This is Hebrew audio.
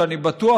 שאני בטוח,